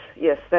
yes